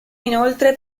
inoltre